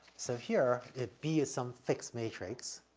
so here if b is some fixed matrix,